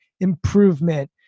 improvement